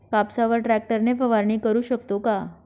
कापसावर ट्रॅक्टर ने फवारणी करु शकतो का?